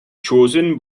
chosen